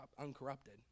uncorrupted